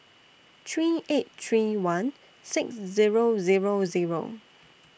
three eight three one six Zero Zero Zero